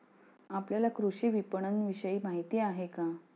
आपल्याला कृषी विपणनविषयी माहिती आहे का?